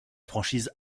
franchise